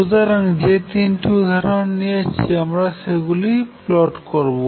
সুতরাং যে তিনটি উদাহরন নিয়েছি আমরা সেগুলি প্লট করবো